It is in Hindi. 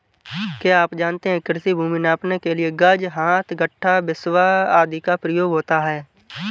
क्या आप जानते है कृषि भूमि नापने के लिए गज, हाथ, गट्ठा, बिस्बा आदि का प्रयोग होता है?